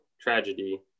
tragedy